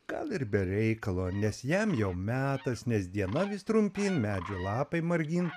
gal ir be reikalo nes jam jau metas nes diena vis trumpyn medžių lapai margyn